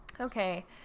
okay